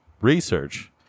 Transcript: research